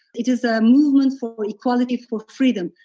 it is a movement for equality, for freedom.